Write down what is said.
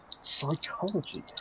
Psychology